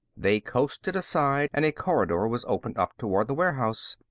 they coasted aside and a corridor was opened up toward the warehouse.